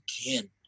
again